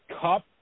Cup